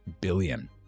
billion